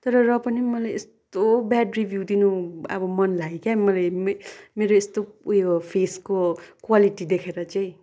तर र पनि मलाई यस्तो ब्याड रिभ्यू दिनु अब मन लाग्यो क्या मेरो मेरो यस्तो उयो फेसको क्वालिटी देखेर चाहिँ